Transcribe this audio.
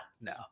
No